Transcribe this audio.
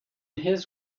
his